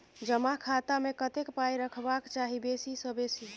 जमा खाता मे कतेक पाय रखबाक चाही बेसी सँ बेसी?